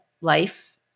life